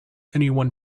anyone